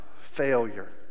failure